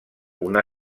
una